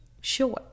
Sure